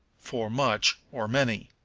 for much, or many.